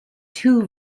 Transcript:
two